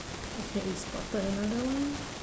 okay we spotted another one